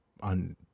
on